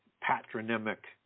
patronymic